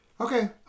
Okay